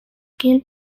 kill